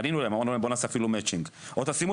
פנינו אליהם ואמרנו: בואו נעשה מצ'ינג או תשימו